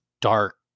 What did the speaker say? dark